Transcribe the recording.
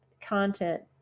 content